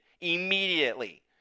Immediately